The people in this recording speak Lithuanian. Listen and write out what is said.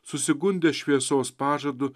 susigundę šviesos pažadu